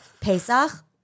Pesach